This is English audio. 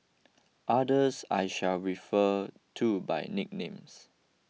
others I shall refer to by nicknames